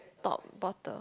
top bottom